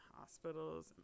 hospitals